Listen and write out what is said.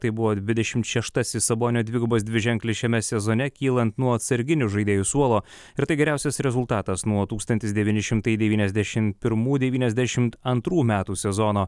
tai buvo dvidešimt šeštasis sabonio dvigubas dviženklis šiame sezone kylant nuo atsarginių žaidėjų suolo ir tai geriausias rezultatas nuo tūkstantis devyni šimtai devyniasdešim pirmų devyniasdešimt antrų metų sezono